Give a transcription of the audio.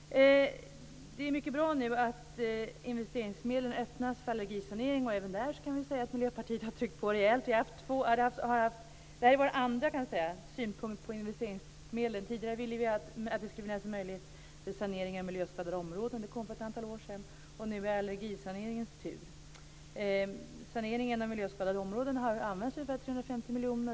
Det är mycket bra att investeringsmedlen öppnas för allergisanering. Även där kan vi säga att Miljöpartiet har tryckt på rejält. Detta är vår andra synpunkt på investeringsmedlen. Tidigare ville vi att det skulle finnas en möjlighet att sanera miljöskadade områden. Det kom för ett antal år sedan. Nu är det allergisaneringens tur. Till sanering av miljöskadade områden har det använts ungefär 350 miljoner.